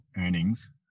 earnings